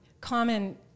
common